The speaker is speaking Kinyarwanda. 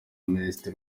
minisitiri